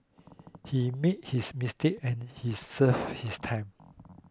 he made his mistake and he served his time